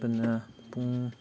ꯆꯠꯄꯅ ꯄꯨꯡ